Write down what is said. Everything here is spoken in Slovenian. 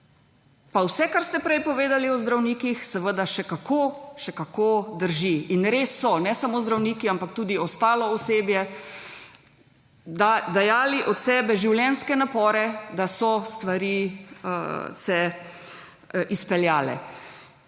Vse, kar ste prej povedali o zdravnikih seveda še kako drži in res so ne samo zdravniki, ampak tudi ostalo osebje dajali od sebe življenjske napore, da so stvari se izpeljale.